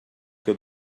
que